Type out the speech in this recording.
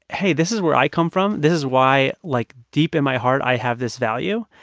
hey, this is where i come from. this is why, like, deep in my heart i have this value.